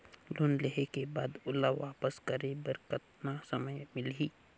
Loan लेहे के बाद ओला वापस करे बर कतना समय मिलही?